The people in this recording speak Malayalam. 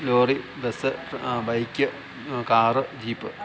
lorry bus bike car jeep